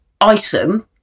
item